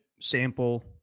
sample